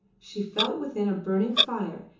she felt within a burning fire,